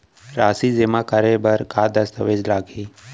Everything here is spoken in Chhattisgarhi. राशि जेमा करे बर का दस्तावेज लागही?